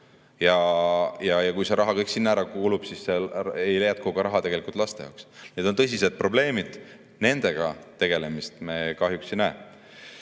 Ja kui see raha kõik sinna ära kulub, siis ei jätku raha ka laste jaoks. Need on tõsised probleemid, nendega tegelemist me kahjuks ei